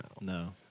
no